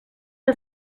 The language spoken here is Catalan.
que